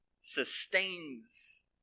sustains